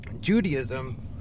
Judaism